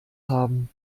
haben